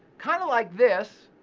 kind of like this.